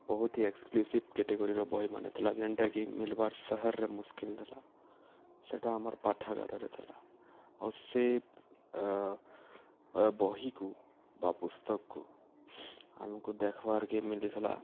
ବହୁତ୍ ହି ଏକ୍ସକ୍ଲୁସିଭ୍ କେଟେଗୋରିର ବହିମାନେ ଥିଲା ଯେନ୍ଟାକି ମିଲ୍ବାର୍ ସହର୍ରେ ମୁସ୍କିଲ୍ ଥିଲା ସେଟା ଆମର୍ ପାଠାଗାରରେ ଥିଲା ଆଉ ସେ ବହିକୁ ବା ପୁସ୍ତକ୍କୁ ଆମ୍କୁ ଦେଖବାର୍କେ ମିଲିଥିଲା